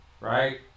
Right